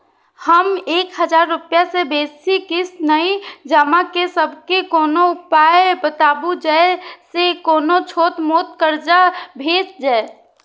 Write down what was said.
हम एक हजार रूपया से बेसी किस्त नय जमा के सकबे कोनो उपाय बताबु जै से कोनो छोट मोट कर्जा भे जै?